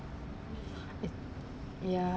ya